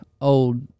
Old